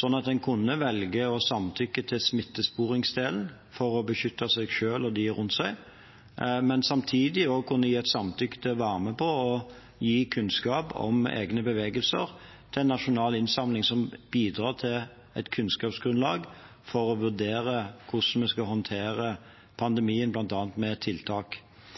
sånn at en kunne velge å samtykke til smittesporingsdelen for å beskytte seg selv og dem rundt seg, men samtidig også kunne gi et samtykke til å være med på å gi kunnskap om egne bevegelser til en nasjonal innsamling som bidrar til et kunnskapsgrunnlag for å vurdere hvordan vi skal håndtere pandemien, bl.a. med tiltak.